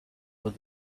what